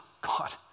God